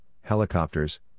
helicopters